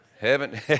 Heaven